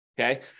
okay